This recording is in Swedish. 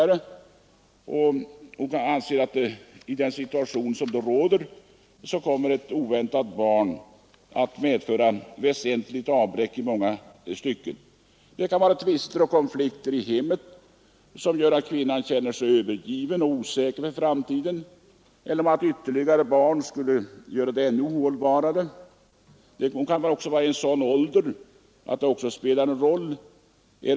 Hon anser att ett oväntat barn i den rådande situationen kommer att medföra ett väsentligt avbräck i många avseenden. Det kan vara tvister och konflikter i hemmet, som gör att kvinnan känner sig övergiven och osäker om framtiden. Ytterligare barn kanske skulle göra det ännu ohållbarare för henne. Även hennes ålder kan ha betydelse.